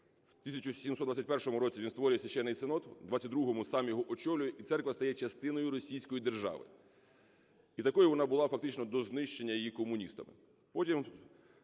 У 1721 році він створює Священний Синод, у 22-му сам його очолює - і церква стає частиною російської держави. І такою вона була фактично до знищення її комуністами.